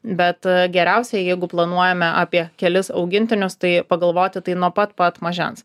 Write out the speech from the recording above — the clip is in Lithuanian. bet geriausiai jeigu planuojame apie kelis augintinius tai pagalvoti tai nuo pat pat mažens